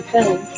Film